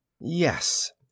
Yes